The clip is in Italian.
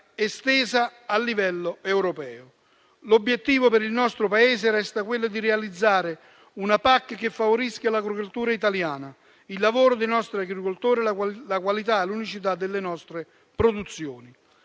estesa a livello europeo. L'obiettivo per il nostro Paese resta quello di realizzare una PAC che favorisca l'agricoltura italiana, il lavoro dei nostri agricoltori, la qualità e l'unicità delle nostre produzioni.